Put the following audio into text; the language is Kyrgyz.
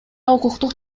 укуктук